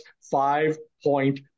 five-point